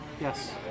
Yes